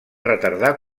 retardar